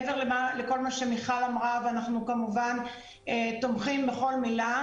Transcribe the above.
מעבר למה שאמרה מיכל ואנחנו כמובן תומכים בכל מילה.